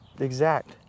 exact